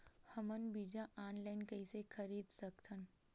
हमन बीजा ऑनलाइन कइसे खरीद सकथन?